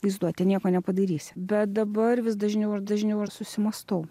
vaizduotė nieko nepadarysi bet dabar vis dažniau ir dažniau ir susimąstau